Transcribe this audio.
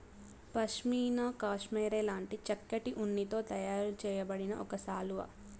pashmina cashmere లాంటి చక్కటి ఉన్నితో తయారు చేయబడిన ఒక శాలువా